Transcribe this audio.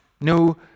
no